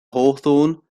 hawthorn